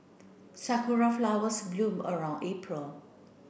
Sakura flowers bloom around April